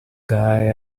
guy